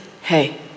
hey